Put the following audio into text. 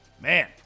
man